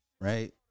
Right